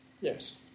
yes